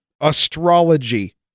astrology